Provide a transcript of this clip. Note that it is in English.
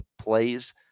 plays